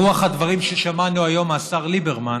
ברוח הדברים ששמענו היום מהשר ליברמן,